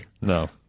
No